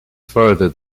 further